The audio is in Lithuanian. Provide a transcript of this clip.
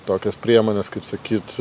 tokias priemones kaip sakyt